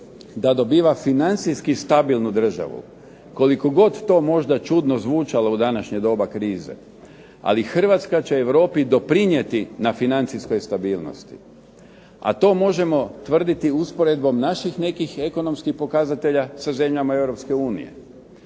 da dobiva financijski stabilnu državu, koliko god to možda čudno zvučalo u današnje doba krize. Ali Hrvatska će Europi doprinijeti na financijskog stabilnosti, a to možemo tvrditi usporedbom naših nekih ekonomskih pokazatelja sa zemljama